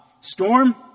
storm